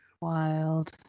Wild